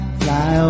fly